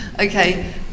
Okay